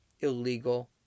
illegal